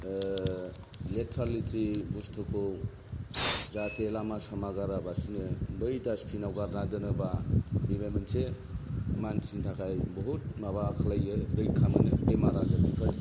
लेथ्रा लेथ्रि बुस्थुखौ जाहाथे लामा सामा गाराबासिनो बै डास्टबिनाव गारना दोनोब्ला बेबो मोनसे मानसिनि थाखाय बहुद माबा खालायो रैखा मोनो बेमार आजारनिफ्राय